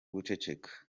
guceceka